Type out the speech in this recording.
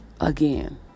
again